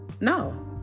no